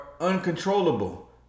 uncontrollable